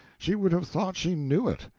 she would have thought she knew it.